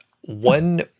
One